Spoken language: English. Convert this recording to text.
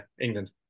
England